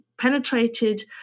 penetrated